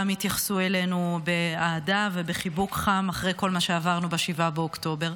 יתייחסו אלינו באהדה ובחיבוק חם אחרי כל מה שעברנו ב-7 באוקטובר.